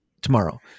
Tomorrow